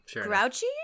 Grouchy